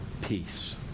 peace